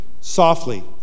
softly